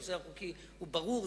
הנושא החוקי הוא ברור,